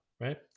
right